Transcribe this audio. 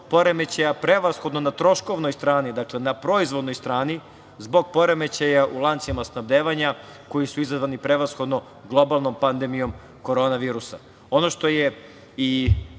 poremećaja, prevashodno na troškovnoj strani, dakle na proizvoljnoj strani zbog poremećaja u lancima snabdevanja, koji su izazvani prevashodno globalnom pandemijom korona virusa. Ono što je i